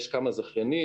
יש כמה זכיינים.